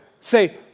say